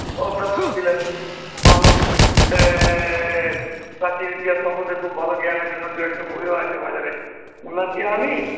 অধ্যাপক ছিলেন ভালো প্রাচীন ইতিহাস সম্বন্ধে খুব ভালো জ্ঞান আছে ওনার দু একটা বইও আছে বাজারে ওনাকে আমি